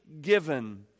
given